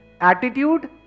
attitude